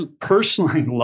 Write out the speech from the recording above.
personally